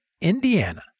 Indiana